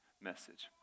message